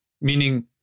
Meaning